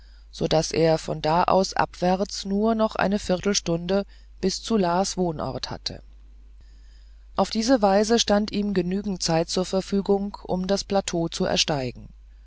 so daß er von da aus abwärts nur noch eine viertelstunde bis zu las wohnort hatte auf diese weise stand ihm genügend zeit zur verfügung um das plateau zu ersteigen